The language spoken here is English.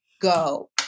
Go